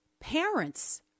parents